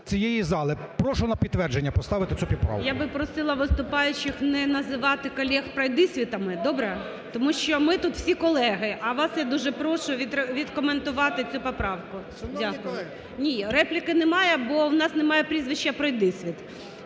Я би просила виступаючих не називати колег пройдисвітами, добре, тому що ми тут всі колеги. А вас я дуже прошу відкоментувати цю поправку. Дякую. Ні, репліки немає, бо у нас немає прізвища "Пройдисвіт".